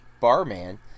Barman